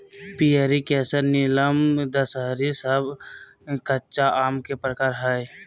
पयरी, केसर, नीलम, दशहरी सब कच्चा आम के प्रकार हय